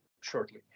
shortly